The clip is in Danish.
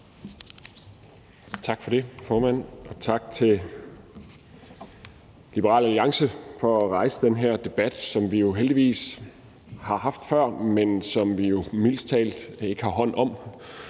Tak for det, formand. Og tak til Liberal Alliance for at rejse den her debat, som vi jo heldigvis har haft før, men hvis grundlag vi jo mildest talt ikke har taget hånd om.